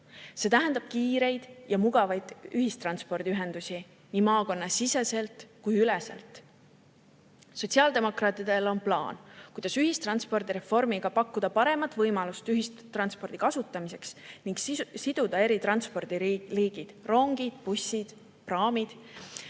See tähendab kiireid ja mugavaid ühistranspordiühendusi nii maakonnasiseselt kui ka maakondadeüleselt. Sotsiaaldemokraatidel on plaan, kuidas ühistranspordireformiga pakkuda paremat võimalust ühistranspordi kasutamiseks ning siduda eri transpordiliigid – rongid, bussid, praamid